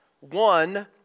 one